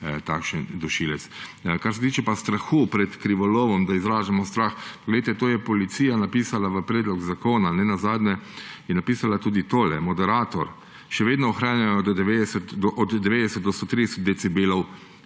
takšen dušilec. Kar se tiče pa strahu pred krivolovom, da izražamo strah. Poglejte, to je policija napisala v predlog zakona, nenazadnje je napisala tudi, da moderator še vedno ohranja od 90 do 130 decibelov.